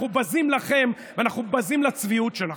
אנחנו בזים לכם ואנחנו בזים לצביעות שלכם.